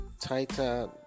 tighter